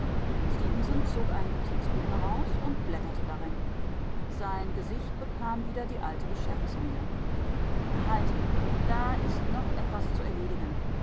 zog ein notizbuch heraus und blätterte darin sein gesicht bekam wieder die alte geschäftsmiene halt da ist noch etwas zu erledigen